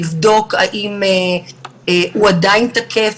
לבדוק האם הוא עדיין תקף,